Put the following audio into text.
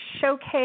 showcase